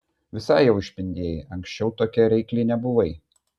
visai jau išpindėjai anksčiau tokia reikli nebuvai